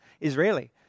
Israeli